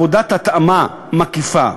עבודת התאמה מקיפה